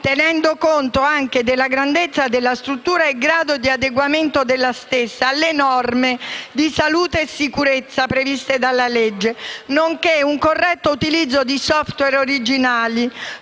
tenendo conto anche della grandezza della struttura e del grado di adeguamento della stessa alle norme di salute e sicurezza previste dalla legge; un corretto utilizzo di *software* originali;